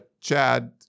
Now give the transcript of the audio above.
chad